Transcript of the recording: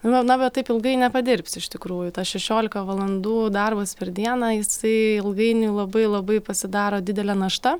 na bet taip ilgai nepadirbsi iš tikrųjų tas šešiolika valandų darbas per dieną jisai ilgainiui labai labai pasidaro didelė našta